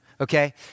okay